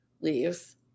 leaves